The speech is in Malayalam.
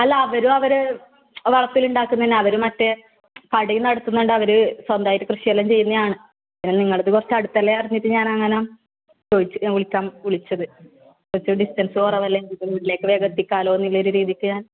അല്ല അവരും അവരെ വളപ്പിൽ ഉണ്ടാക്കുന്നത് തന്നെയാണ് അവർ മറ്റേ കടയും നടത്തുന്നുണ്ടവർ സ്വന്തമായിട്ട് കൃഷിയെല്ലാം ചെയ്യുന്നതാണ് പിന്നെ നിങ്ങളത് കുറച്ചടുത്തല്ലേ പറഞ്ഞിട്ട് ഞാനങ്ങനെ ചോദിച്ച് വിളിക്കാം വിളിച്ചത് കുറച്ച് ഡിസ്റ്റൻസ് കുറവല്ലെ പിന്നെ വീട്ടിലേക്ക് വേഗം എത്തിക്കാമല്ലോ എന്നുള്ള ഒരു രീതിയ്ക്ക് ഞാൻ